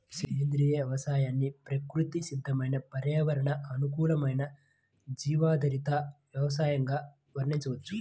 సేంద్రియ వ్యవసాయాన్ని ప్రకృతి సిద్దమైన పర్యావరణ అనుకూలమైన జీవాధారిత వ్యవసయంగా వర్ణించవచ్చు